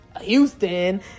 Houston